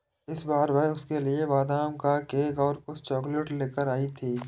इस बार वह उसके लिए बादाम का केक और कुछ चॉकलेट लेकर आई थी